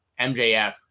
mjf